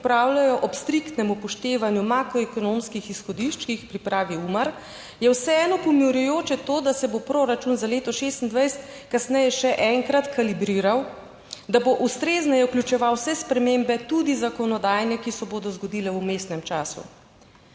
ob striktnem upoštevanju makroekonomskih izhodišč, ki jih pripravi UMAR, je vseeno pomirjujoče to, da se bo proračun za leto 2026 kasneje še enkrat kalibriral, da bo ustrezneje vključeval vse spremembe, tudi zakonodajne, ki se bodo zgodile v vmesnem času.